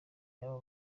baba